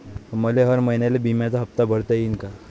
मले हर महिन्याले बिम्याचा हप्ता भरता येईन का?